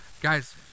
guys